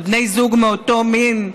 על בני זוג מאותו מין,